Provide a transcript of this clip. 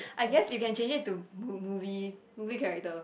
I guess you can change it to mo~ movie character